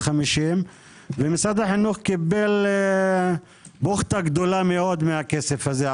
ומשרד החינוך קיבל בוכטה גדולה מאוד מהכסף הזה,